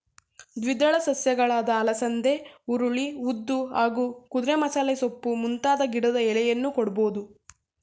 ದ್ವಿದಳ ಸಸ್ಯಗಳಾದ ಅಲಸಂದೆ ಹುರುಳಿ ಉದ್ದು ಹಾಗೂ ಕುದುರೆಮಸಾಲೆಸೊಪ್ಪು ಮುಂತಾದ ಗಿಡದ ಎಲೆಯನ್ನೂ ಕೊಡ್ಬೋದು